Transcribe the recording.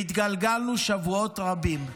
והתגלגלנו שבועות רבים.